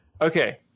okay